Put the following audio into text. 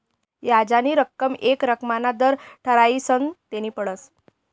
याजनी रक्कम येक रक्कमना दर ठरायीसन देनी पडस